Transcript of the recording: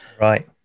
Right